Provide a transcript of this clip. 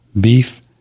beef